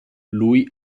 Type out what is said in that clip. lui